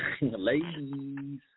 Ladies